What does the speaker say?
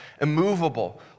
immovable